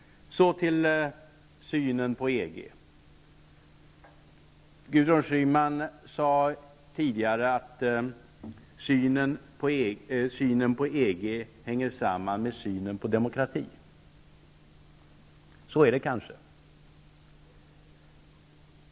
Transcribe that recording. Så till synen på EG. Gudrun Schyman sade tidigare att synen på EG hänger samman med synen på demokratin. Det är kanske så.